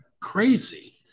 crazy